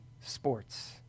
sports